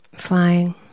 flying